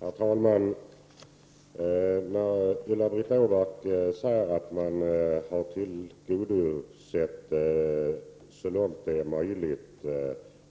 Herr talman! Ulla-Britt Åbark säger att man så långt det är möjligt har